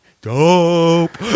dope